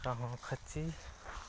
ᱫᱟᱠᱟᱦᱚᱸ ᱠᱷᱟᱪᱪᱷᱤ